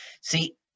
See